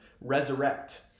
resurrect